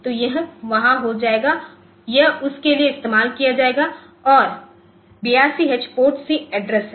तो यह वहाँ हो जाएगा यह उस के लिए इस्तेमाल किया जाएगा और 82 एच PORTC एड्रेस है